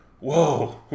whoa